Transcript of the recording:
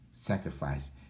sacrifice